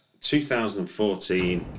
2014